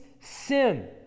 sin